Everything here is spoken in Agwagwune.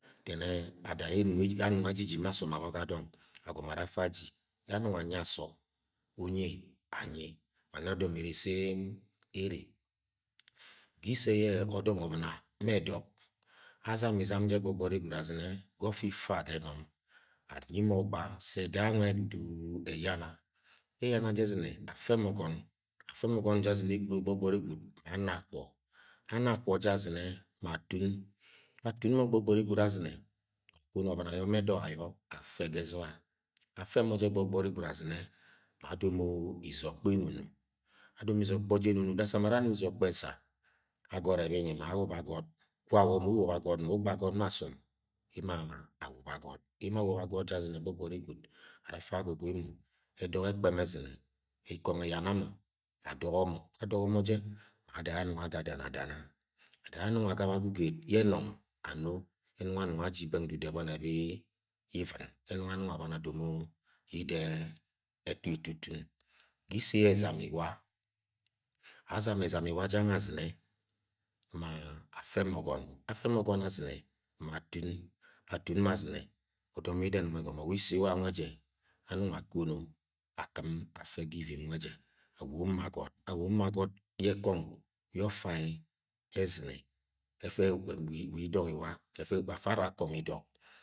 De̱ne̱- ye arung ajiji ma asom gba ga dong agomo ara afa aji ye anung anyi ason unyi anyi wane odom e eresi e-e ere ga ise ye̱ odo̱m obɨ̃na ma edek azama izam je gbogbori gwud azina ga ote ifa ga enom anyi mo ogba sẹ ẹda nwe dudu-u-u-u eyana eyana je ezine afe mo ogon afe mọ ogon je azine eguro je gbogbori gwud ma ana akwo ana akwo e azine ma atum atum mo gbogbori gwud azine ma akono obɨ̃na ayo ma edok ayo afe ga ezɨ̃ba afe mọ je gbogbori gwud azine ma adomo izokpo enuno adomo izokpo je enuno, da sam ara ano izokpo esa agot ebini ma awobo agot gwa amo mu wobo agot mu ugba agot ma asom emo a-awobo agot emo awobo agot je azine gbogbori gwud ara afa agogi mọ edok ekpem ezine ikongọ eyana mo edok ekpem ezine ikongo eyana mo adoga mo adogo mo je ada ye anung adadana adana ada ye anung agaba ga uged ye enom ano, ye nungo anung aji beng dudu eboni ebi ivɨ̃n ye nungo anung aboni adomo yi-de-a- etutum ga ise ye ezam mea azanna ezam iwa jang nwe azine ma afe mọ ogon, afe mo ogon afe mo ogon azine ma tum atum mo azine odom yida enung egomo wa ise wa nwe je anung akomo akɨ̃m afe ga ivim nwe je awob mo agot awob mo agot awob mo agot ye kong ye ofa ye ezine